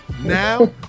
now